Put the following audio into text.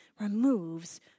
removes